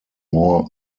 more